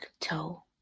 toe